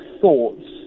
thoughts